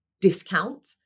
discount